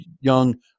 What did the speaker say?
young